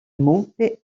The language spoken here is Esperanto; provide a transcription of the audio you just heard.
multe